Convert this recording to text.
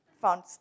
found